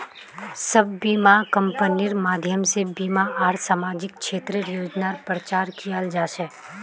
सब बीमा कम्पनिर माध्यम से बीमा आर सामाजिक क्षेत्रेर योजनार प्रचार कियाल जा छे